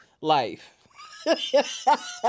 life